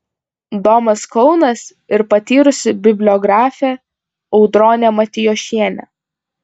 domas kaunas ir patyrusi bibliografė audronė matijošienė